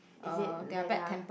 is it that they are